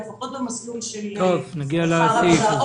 לפחות במסלול של שכר עבודה.